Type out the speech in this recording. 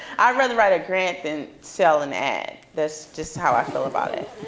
i'd rather write a grant than sell an ad. that's just how i feel about it.